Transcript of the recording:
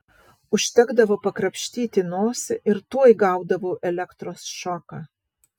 užtekdavo pakrapštyti nosį ir tuoj gaudavau elektros šoką